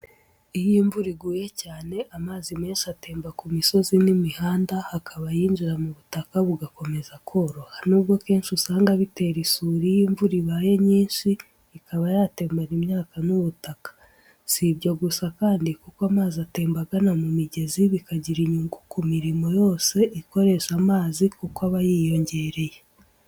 Iyo imvura iguye cyane, amazi menshi atemba ku misozi n’imihanda, hakaba ayinjira mu butaka bugakomeza koroha. Nubwo kenshi usanga bitera isuri iyo imvura ibaye nyinshi ikaba yatembana imyaka n’ubutaka. Si ibyo gusa kandi kuko amazi atemba abana mu migezi bikagira inyungu ku mirimo yose ikoresha amazi kuko aba yiyongereye.